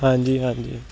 ਹਾਂਜੀ ਹਾਂਜੀ